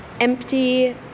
empty